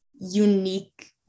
unique